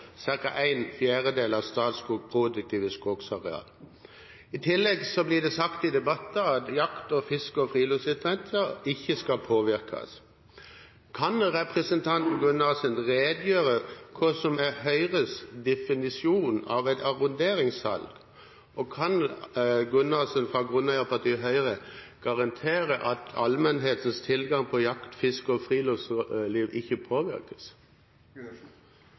ca. en fjerdedel av Statskogs produktive skogsareal. I tillegg blir det sagt i debatter at jakt, fiske og friluftsinteresser ikke skal påvirkes. Kan representanten Gundersen redegjøre for hva som er Høyres definisjon av et arronderingssalg? Og kan representanten Gundersen fra grunneierpartiet Høyre garantere at allmennhetens tilgang på jakt, fiske og friluftsliv ikke påvirkes?